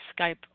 skype